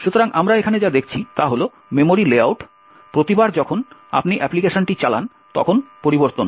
সুতরাং আমরা এখানে যা দেখছি তা হল মেমোরি লেআউট প্রতিবার যখন আপনি অ্যাপ্লিকেশনটি চালান তখন পরিবর্তন হয়